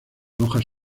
hojas